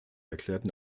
erklärten